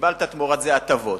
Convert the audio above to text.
קיבלת תמורת זה הטבות,